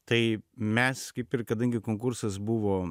tai mes kaip ir kadangi konkursas buvo